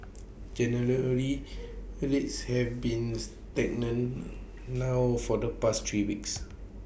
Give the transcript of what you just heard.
generally have been stagnant now for the past three weeks